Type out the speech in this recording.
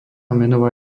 menová